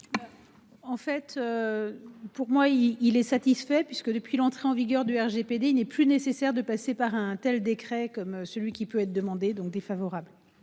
En fait. Pour moi il il est satisfait puisque depuis l'entrée en vigueur du RGPD n'est plus nécessaire de passer par un tel décret comme celui qui. Je voulais te demander donc défavorable.